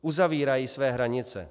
Uzavírají své hranice.